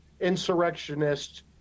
insurrectionists